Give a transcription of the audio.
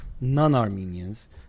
non-Armenians